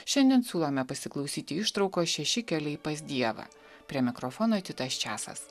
šiandien siūlome pasiklausyti ištraukos šeši keliai pas dievą prie mikrofono titas česas